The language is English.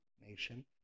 nation